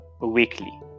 weekly